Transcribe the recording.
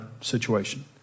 situation